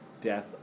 Death